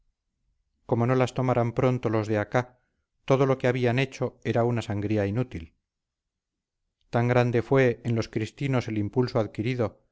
como no las tomaran pronto los de acá todo lo que habían hecho era una sangría inútil tan grande fue en los cristinos el impulso adquirido